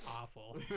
awful